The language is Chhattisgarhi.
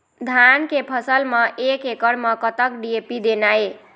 धान के फसल म एक एकड़ म कतक डी.ए.पी देना ये?